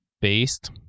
based